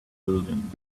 building